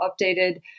updated